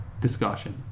discussion